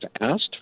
asked